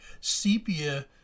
Sepia